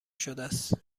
شدس